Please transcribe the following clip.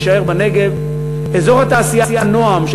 נישאר בנגב: אזור התעשייה נעם,